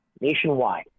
nationwide